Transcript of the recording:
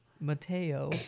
Mateo